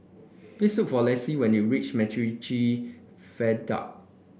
please look for Lacy when you reach MacRitchie Viaduct